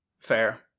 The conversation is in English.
Fair